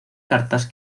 cartas